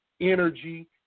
energy